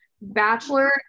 Bachelor